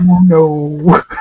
No